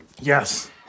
Yes